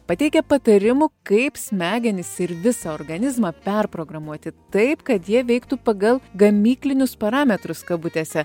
pateikia patarimų kaip smegenis ir visą organizmą perprogramuoti taip kad jie veiktų pagal gamyklinius parametrus kabutėse